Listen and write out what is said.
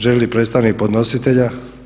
Želi li predstavnik podnositelja?